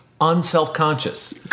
Unselfconscious